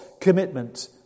commitment